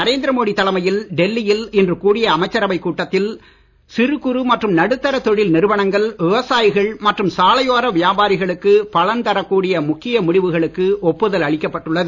நரேந்திர மோடி தலைமையில் டெல்லியில் இன்று கூடிய அமைச்சரவைக் கூட்டத்தில் சிறு குறு மற்றும் நடுத்தர தொழில் நிறுவனங்கள் விவசாயிகள் மற்றும் தெரு வியாபாரிகளுக்கு பலன் தரக் கூடிய முக்கிய முடிவுகளுக்கு ஒப்புதல் அளித்துள்ளது